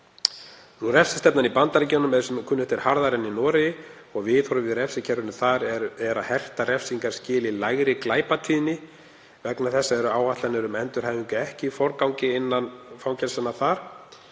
Refsistefnan í Bandaríkjunum er sem kunnugt er harðari en í Noregi og viðhorfið í refsikerfinu þar er að hertar refsingar skili lægri glæpatíðni. Vegna þessa eru áætlanir um endurhæfingu ekki í forgangi innan fangelsanna þar,